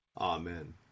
amen